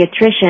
pediatrician